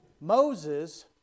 Moses